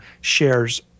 shares